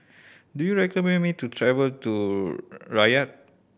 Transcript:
do you recommend me to travel to Riyadh